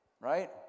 Right